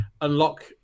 unlock